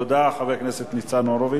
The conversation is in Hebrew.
תודה, חבר הכנסת ניצן הורוביץ.